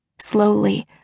Slowly